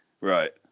Right